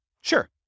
Sure